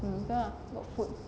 oh okay lah got food